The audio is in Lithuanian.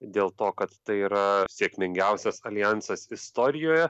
dėl to kad tai yra sėkmingiausias aljansas istorijoje